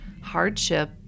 hardship